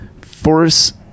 force